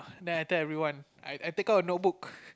then I tell everyone I I take out a notebook